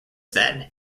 then